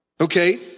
okay